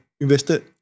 invested